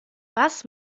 was